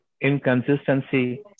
inconsistency